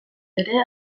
ere